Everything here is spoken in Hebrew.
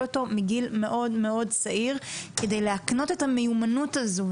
אותו מגיל צעיר כדי להקנות את המיומנות הזו.